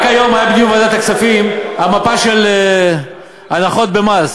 רק היום היה דיון בוועדת הכספים על מפה של הנחות במס,